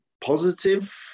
positive